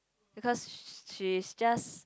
because sh~ she is just